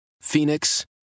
Phoenix